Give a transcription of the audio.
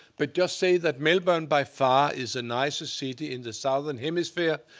but just say that melbourne by far is a nicer city in the southern hemisphere.